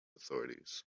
authorities